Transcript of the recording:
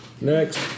Next